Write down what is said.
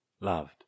loved